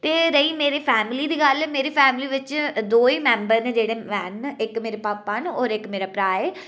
ते रेही मेरी फैमली दी गल्ल ते मेरी फैमली बिच दो ही मेंबर न जेह्ड़े हैन इक मेरे पापा न होर इक मेरा भ्राऽ ऐ